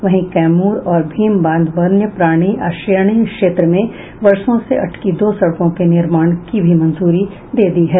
वहीं कैमूर और भीम बांध वन्य प्राणी आश्रयणी क्षेत्र में वर्षों से अटकी दो सड़कों के निर्माण की भी मंजूरी दे दी है